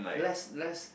less less